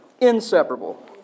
Inseparable